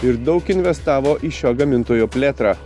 ir daug investavo į šio gamintojo plėtrą